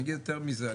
אני אגיד יותר מזה,